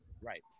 Right